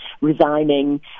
resigning